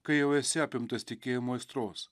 kai jau esi apimtas tikėjimo aistros